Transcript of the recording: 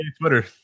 Twitter